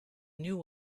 new